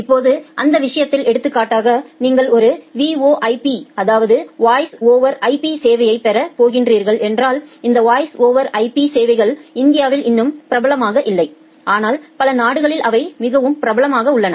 இப்போது அந்த விஷயத்தில் எடுத்துக்காட்டாக நீங்கள் ஒரு VoIPஅதாவது வாய்ஸ் ஓவர் IP சேவையைப் பெறப் போகிறீர்கள் என்றால் இந்த வாய்ஸ் ஓவர் IP சேவைகள் இந்தியாவில் இன்னும் பிரபலமாக இல்லை ஆனால் பல நாடுகளில் அவை மிகவும் பிரபலமாக உள்ளன